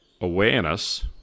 awareness